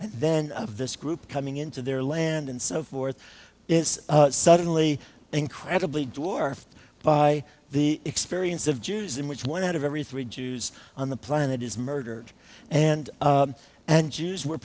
and then of this group coming into their land and so forth is suddenly incredibly dwarfed by the experience of jews in which one out of every three jews on the planet is murdered and and jews were